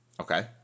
Okay